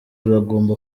bagomba